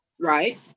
right